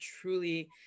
truly